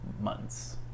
months